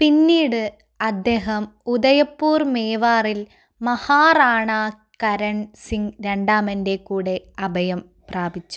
പിന്നീട് അദ്ദേഹം ഉദയ്പൂർ മേവാറിൽ മഹാറാണാ കരൺ സിംഗ് രണ്ടാമൻ്റെ കൂടെ അഭയം പ്രാപിച്ചു